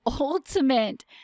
ultimate